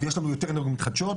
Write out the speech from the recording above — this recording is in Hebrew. יש לנו יותר אנרגיות מתחדשות,